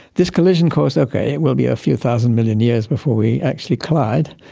this collision course, okay, will be a few thousand million years before we actually collide,